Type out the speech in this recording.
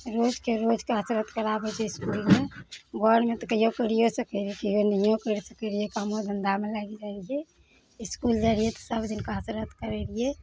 रोजके रोज कसरत कराबै छै इसकुलमे घरमे तऽ कहियो करियो सकै रहियै कहियो नहियो करि सकै रहियै कामो धंधामे लागि जाइ रहियै इस्कूल जाइ रहियै तऽ सब दिन कसरत करै रहियै